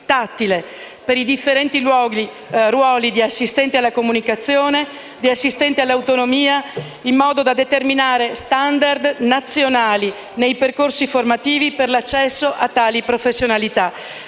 per i differenti ruoli di assistente alla comunicazione e di assistente all'autonomia, in modo da determinare *standard* nazionali nei percorsi formativi per l'accesso a tali professionalità.